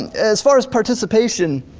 as far as participation,